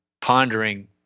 pondering